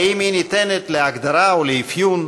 האם היא ניתנת להגדרה או לאפיון?